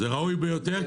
זה ראוי ביותר,